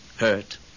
hurt